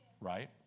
Right